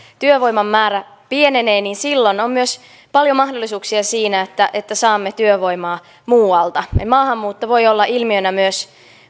työvoiman määrä pienenee niin silloin on myös paljon mahdollisuuksia siinä että että saamme työvoimaa muualta maahanmuutto voi olla ilmiönä myös